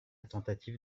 tentative